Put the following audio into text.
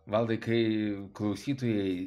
valdai kai klausytojai